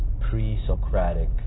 pre-Socratic